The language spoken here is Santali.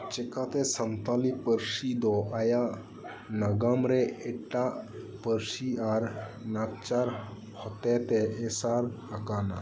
ᱪᱮᱠᱟᱛᱮ ᱥᱟᱱᱛᱟᱞᱤ ᱯᱟᱹᱨᱥᱤ ᱫᱚ ᱟᱭᱟᱜ ᱱᱟᱜᱟᱢ ᱨᱮ ᱮᱴᱟᱜ ᱯᱟᱹᱨᱥᱤ ᱟᱨ ᱞᱟᱠᱪᱟᱨ ᱦᱚᱛᱮ ᱛᱮ ᱮᱥᱮᱨ ᱟᱠᱟᱱᱟ